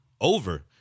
over